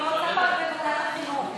אני רוצה בוועדת החינוך.